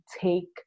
take